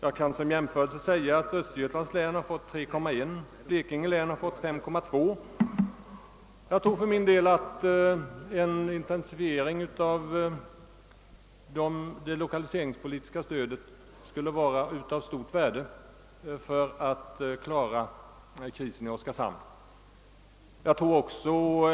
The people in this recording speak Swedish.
Jag kan som jämförelse nämna att Östergötlands län fått 3,1 procent och Blekinge län 3,2 procent härav. En intensifiering av det lokaliseringspolitiska stödet skulle vara av stort värde för att klara krisen i Oskarshamn.